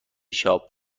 شاپ